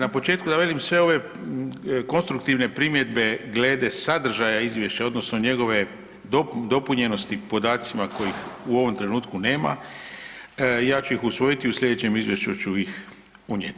Na početku da velim sve ove konstruktivne primjedbe glede sadržaja izvješća odnosno njegove dopunjenosti podacima kojih u ovom trenutku nema ja ću ih usvojiti i u slijedećem izvješću ću ih unijeti.